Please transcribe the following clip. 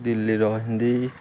ଦିଲ୍ଲୀର ହିନ୍ଦୀ